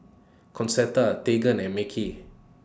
Concetta Tegan and Mekhi